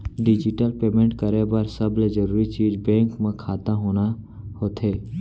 digital payment करे बर सबले जरूरी चीज बेंक म खाता होना होथे